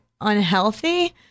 unhealthy